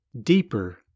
deeper